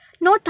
no